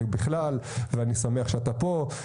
בכלל ואני שמח שאתה פה.